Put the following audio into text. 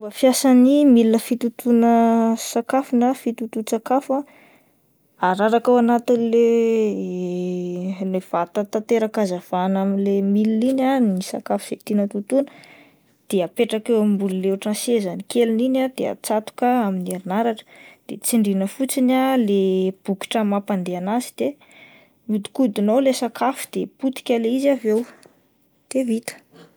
Fomba fiasan'ny milina fitotoana sakafo na fitoton-tsakafo ah, araraka ao anatin'le le vata tantera-kazavana amin'le milina iny ah ny sakafo izay tiana totoina de apetraka eo ambon'ilay ohatran'ny sezany keliny iny de atsatoka amin'ny herinaratra de tsindriana fotsiny ah le bokotra mampandeha anazy de mihodikodina ao ilay sakafo de potika ilay izy avy eo, de vita.